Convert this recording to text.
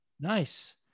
nice